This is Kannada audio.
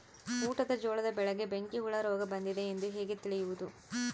ಊಟದ ಜೋಳದ ಬೆಳೆಗೆ ಬೆಂಕಿ ಹುಳ ರೋಗ ಬಂದಿದೆ ಎಂದು ಹೇಗೆ ತಿಳಿಯುವುದು?